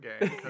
game